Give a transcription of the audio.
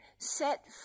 Set